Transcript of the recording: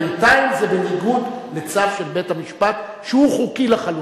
בינתיים זה בניגוד לצו של בית-המשפט שהוא חוקי לחלוטין.